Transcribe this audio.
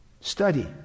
study